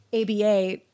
ABA